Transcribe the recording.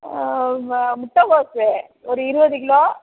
ம முட்டக்கோஸ் ஒரு இருபது கிலோ